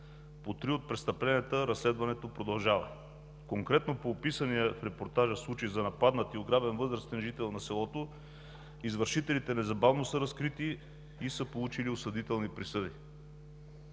По три от престъпленията разследването продължава. Конкретно по описания в репортажа случай за нападнат и ограбен възрастен жител на селото, извършителите незабавно са разкрити и са получили осъдителни присъди.